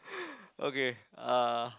okay uh